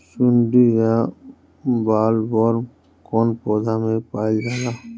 सुंडी या बॉलवर्म कौन पौधा में पाइल जाला?